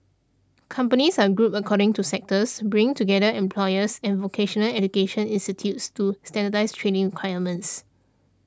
companies are grouped according to sectors bringing together employers and vocational education institutes to standardise training requirements